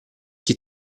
chi